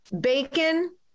Bacon